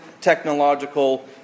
technological